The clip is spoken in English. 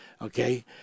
okay